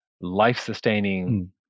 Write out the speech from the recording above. life-sustaining